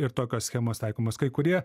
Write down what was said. ir tokios schemos taikomos kai kurie